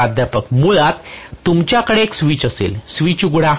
प्राध्यापक मुळात तुमच्याकडे एक स्विच असेल स्विच उघडा